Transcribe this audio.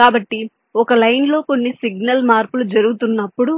కాబట్టి ఒక లైన్లో కొన్ని సిగ్నల్ మార్పులు జరుగుతున్నప్పుడు